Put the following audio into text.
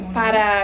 para